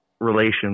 Relations